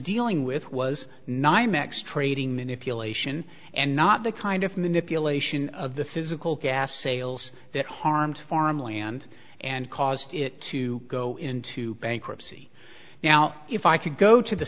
dealing with was nigh mechs trading manipulation and not the kind of manipulation of the physical gas sales that harmed farmland and caused it to go into bankruptcy now if i could go to the